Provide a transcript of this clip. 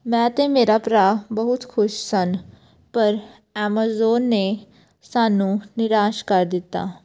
ਮੈਂ ਤੇ ਮੇਰਾ ਭਰਾ ਬਹੁਤ ਖੁਸ਼ ਸਨ ਪਰ ਐਮਾਜ਼ੋਨ ਨੇ ਸਾਨੂੰ ਨਿਰਾਸ਼ ਕਰ ਦਿੱਤਾ